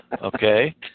Okay